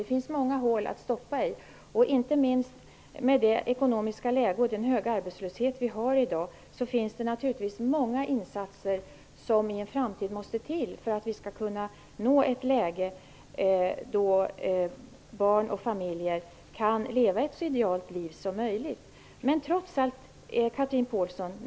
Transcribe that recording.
Det finns många hål att fylla. Inte minst med dagens ekonomiska läge och höga arbetslöshet är det naturligtvis många insatser som i en framtid måste till för att vi skall kunna nå ett läge då barn och familjer kan leva ett så idealt liv som möjligt.